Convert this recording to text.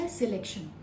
selection